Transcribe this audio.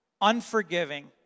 unforgiving